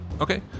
Okay